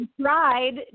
tried